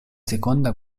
seconda